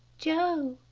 joe!